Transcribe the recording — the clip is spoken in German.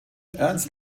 ernst